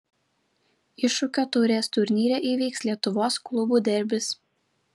iššūkio taurės turnyre įvyks lietuvos klubų derbis